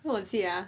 what was it ah